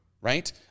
right